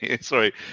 Sorry